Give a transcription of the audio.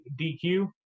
DQ